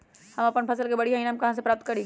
हम अपन फसल से बढ़िया ईनाम कहाँ से प्राप्त करी?